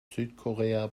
südkorea